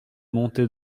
montée